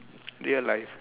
real life